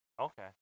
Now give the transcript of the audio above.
Okay